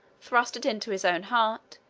thrust it into his own heart,